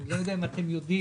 אני לא יודע אם אתם יודעים,